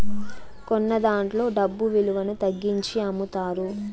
కొన్నదాంట్లో డబ్బు విలువను తగ్గించి అమ్ముతారు